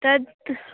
तद्